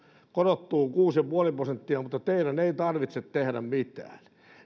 korottuu kuusi pilkku viisi prosenttia mutta teidän ei tarvitse tehdä mitään